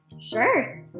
Sure